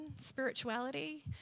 spirituality